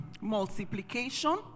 multiplication